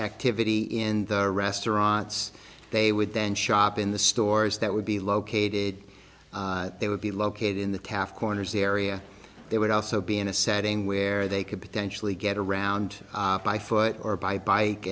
activity in their restaurants they would then shop in the stores that would be located they would be located in the caf corners area they would also be in a setting where they could potentially get around by foot or by b